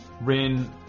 Rin